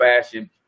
fashion